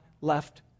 left